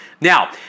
Now